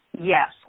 Yes